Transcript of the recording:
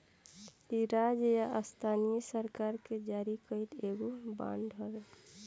इ राज्य या स्थानीय सरकार के जारी कईल एगो बांड हवे